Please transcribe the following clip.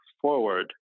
forward